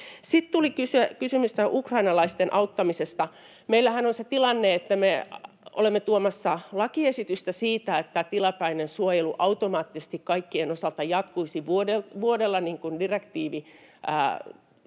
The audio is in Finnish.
Sitten tuli kysymys ukrainalaisten auttamisesta. Meillähän on se tilanne, että me olemme tuomassa lakiesitystä siitä, että tilapäinen suojelu automaattisesti kaikkien osalta jatkuisi vuodella, niin kuin direktiivi